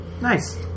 Nice